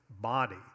body